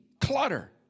clutter